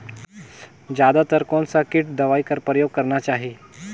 जादा तर कोन स किट दवाई कर प्रयोग करना चाही?